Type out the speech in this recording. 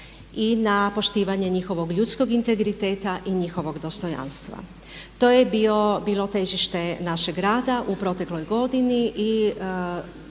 i na poštivanje njihovog ljudskog integriteta i njihovog dostojanstva. To je bilo težište našeg rada u protekloj godini